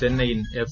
Chennaiyin F